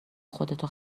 خودتو